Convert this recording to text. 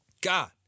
God